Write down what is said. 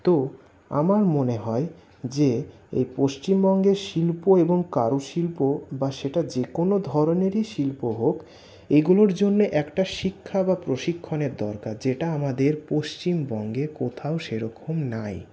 তো আমার মনে হয় যে এই পশ্চিমবঙ্গের শিল্প এবং কারু শিল্প বা সেটা যেকোনো ধরণেরই শিল্প হোক এইগুলোর জন্য একটা শিক্ষা বা প্রশিক্ষণের দরকার যেটা আমাদের পশ্চিমবঙ্গে কোথাও সেরকম নাই